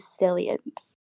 resilience